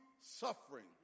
suffering